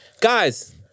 Guys